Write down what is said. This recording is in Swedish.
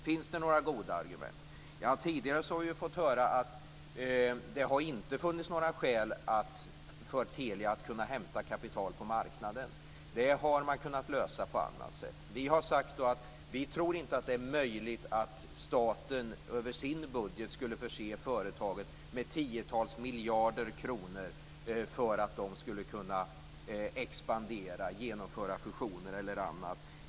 Finns det några goda argument? Tidigare har vi fått höra att det inte har funnits några skäl för Telia att hämta kapital på marknaden. Det har man kunnat lösa på annat sätt. Vi har sagt att vi inte tror att det är möjligt att staten över sin budget skulle förse företaget med tiotals miljarder kronor för att det skulle kunna expandera, genomföra fusioner eller annat.